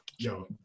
Yo